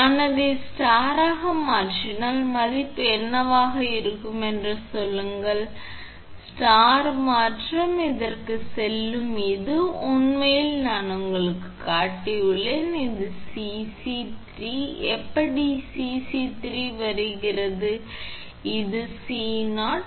நான் அதை ஸ்டாராக மாற்றினால் மதிப்பு என்னவாக இருக்கும் என்று சொல்லுங்கள் ஸ்டார் மாற்றம் இதற்கு சொல்லும் இது உண்மையில் நான் உங்களுக்குக் காட்டினேன் இது 3 𝐶𝑐 எப்படி 3 𝐶𝑐 வருகிறது இது 𝐶0